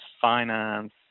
finance